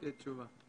-- תהיה תשובה.